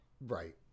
right